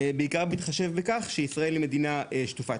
בעיקר בהתחשב בכך שמדינת ישראל היא מדינה שטופת